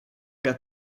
got